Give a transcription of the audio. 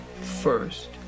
First